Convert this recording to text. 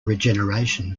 regeneration